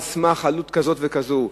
על סמך עלות כזאת וכזאת.